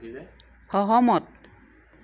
সহমত